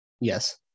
Yes